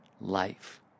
life